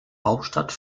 hauptstadt